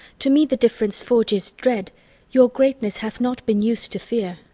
to me the difference forges dread your greatness hath not been us'd to fear.